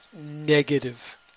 negative